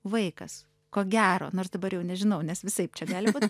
vaikas ko gero nors dabar jau nežinau nes visaip čia gali būt